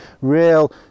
Real